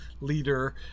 leader